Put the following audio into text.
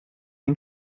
den